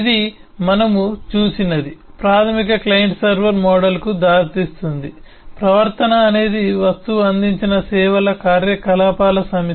ఇది మనము చూసినది ప్రాథమిక క్లయింట్ సర్వర్ మోడల్కు దారితీస్తుంది ప్రవర్తన అనేది వస్తువు అందించిన సేవల కార్యకలాపాల సమితి